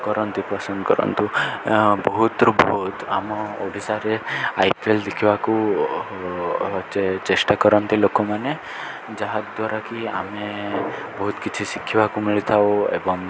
କରନ୍ତି ପସନ୍ଦ କରନ୍ତୁ ବହୁତରୁୁ ବହୁତ ଆମ ଓଡ଼ିଶାରେ ଆଇ ପି ଏଲ୍ ଦେଖିବାକୁ ଚେଷ୍ଟା କରନ୍ତି ଲୋକମାନେ ଯାହାଦ୍ୱାରା କିି ଆମେ ବହୁତ କିଛି ଶିଖିବାକୁ ମିଳିଥାଉ ଏବଂ